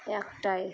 একটাই